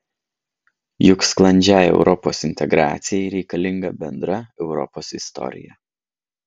juk sklandžiai europos integracijai reikalinga bendra europos istorija